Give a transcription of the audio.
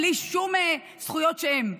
בלי שום זכויות שהן,